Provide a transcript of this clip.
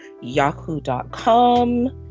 yahoo.com